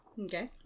Okay